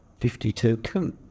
52